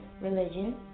religion